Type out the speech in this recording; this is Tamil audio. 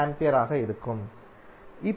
69A ஆக இருக்கும்